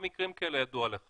ואני